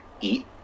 eat